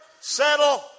settle